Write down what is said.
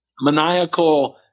maniacal